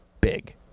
big